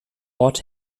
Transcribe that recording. ort